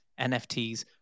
nfts